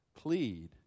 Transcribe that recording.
plead